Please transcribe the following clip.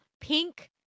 pink